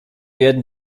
werden